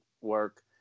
work